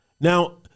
Now